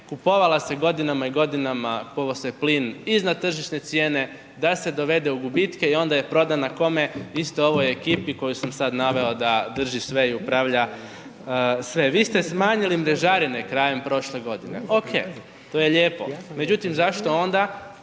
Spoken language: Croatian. kupovala se godinama i godinama, kupovo se plin iznad tržišne cijene da se dovede u gubite i onda je prodana koje, istoj ovoj ekipi koju sam da naveo da drži sve i upravlja sve. Vi ste smanjili mrežarine krajem prošle godine, OK, to je lijepo, međutim zašto onda